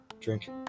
drink